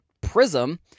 Prism—